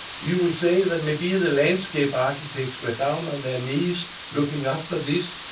we will say that maybe the landscape architects were down on their knees looking after this,